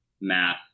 math